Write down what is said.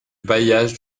bailliage